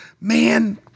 man